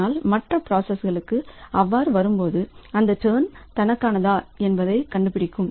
ஆனால் மற்ற பிராசஸ்ளுக்கு அவ்வாறு வரும்போது அந்த டர்ன் தனக்கானதா என்பதைக் கண்டுபிடிக்கும்